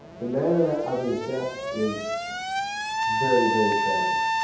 the manner of his death is very, very tragic.